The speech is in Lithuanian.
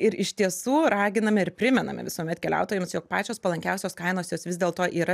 ir iš tiesų raginame ir primename visuomet keliautojams jog pačios palankiausios kainos jos vis dėlto yra